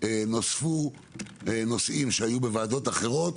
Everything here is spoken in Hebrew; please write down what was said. נוספו נושאים שהיו בוועדות אחרות,